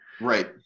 Right